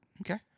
Okay